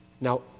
Now